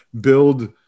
build